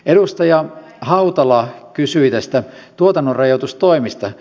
edustaja hautala kysyi tuotannonrajoitustoimista